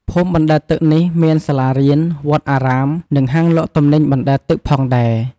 ភូមិបណ្ដែតទឹកនេះមានសាលារៀន វត្តអារាម និងហាងលក់ទំនិញអណ្ដែតទឹកផងដែរ។